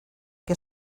que